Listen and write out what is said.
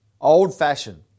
old-fashioned